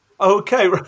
Okay